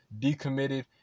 decommitted